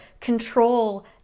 control